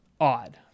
odd